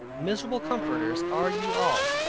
miserable comforters are ye all,